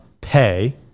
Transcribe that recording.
pay